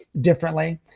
differently